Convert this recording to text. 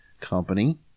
company